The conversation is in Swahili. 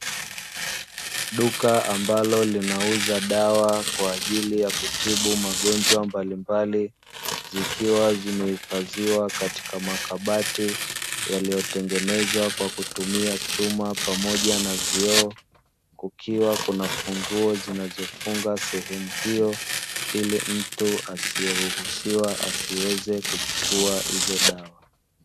Duka ambalo linauza dawa kwa ajili ya kutibu magonjwa mbalimbali, zikiwa zimehifadhiwa katika makabati yaliyotengenezwa kwa kutumia chuma pamoja na vioo. Kukiwa kuna funguo zinazofunga sehemu hiyo ili mtu asiyeruhusiwa asiweze kuchukua hizo dawa.